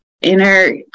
inner